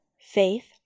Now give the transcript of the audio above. Faith